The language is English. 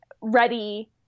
ready